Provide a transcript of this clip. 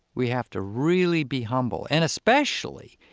we have to really be humble and especially